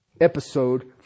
episode